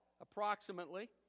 approximately